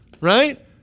right